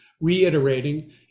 reiterating